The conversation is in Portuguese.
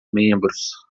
membros